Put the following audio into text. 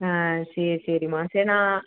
ஆ சரி சரிம்மா சரி நான்